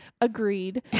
agreed